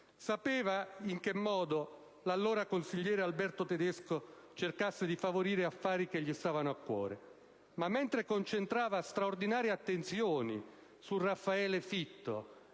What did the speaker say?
sapeva in che modo l'allora consigliere Alberto Tedesco cercasse di favorire affari che gli stavano a cuore. Ma mentre concentrava straordinarie attenzioni su Raffaele Fitto